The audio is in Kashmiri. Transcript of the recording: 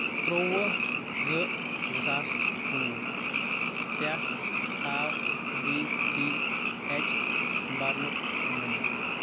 ترٛووُہ زٕ زٕ ساس کُنوُہ پٮ۪ٹھ تھاو ڈی ٹی ایٚچ برنُک ریمنانڑر